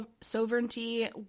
sovereignty